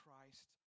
Christ